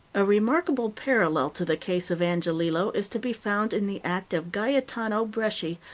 a remarkable parallel to the case of angiolillo is to be found in the act of gaetano bresci,